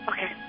Okay